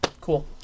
cool